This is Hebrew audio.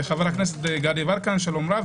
חבר הנכנסת גדי יברקן, שלום רב.